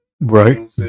Right